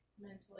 Mentally